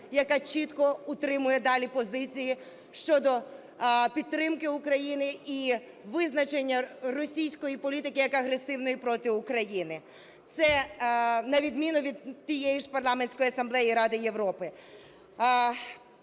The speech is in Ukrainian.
яка чітко утримує далі позиції щодо підтримки України і визначення російської політики як агресивної проти України, це на відміну від тієї ж Парламентської асамблеї Ради Європи.